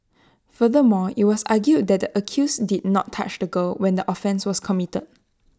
furthermore IT was argued that the accused did not touch the girl when the offence was committed